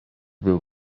will